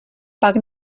pak